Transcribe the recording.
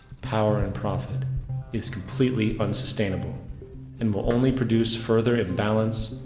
power and profit is completely unsustainable and will only produce further imbalance,